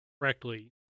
correctly